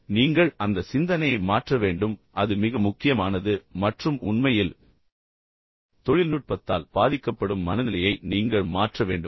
எனவே நீங்கள் அந்த சிந்தனையை மாற்ற வேண்டும் அது மிக முக்கியமானது மற்றும் உண்மையில் தொழில்நுட்பத்தால் பாதிக்கப்படும் மனநிலையை நீங்கள் மாற்ற வேண்டும்